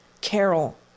Carol